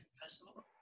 festival